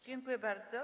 Dziękuję bardzo.